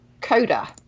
Coda